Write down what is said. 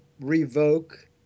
revoke